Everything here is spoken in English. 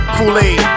Kool-Aid